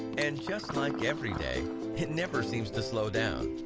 and just like everyday it never seems to slow down.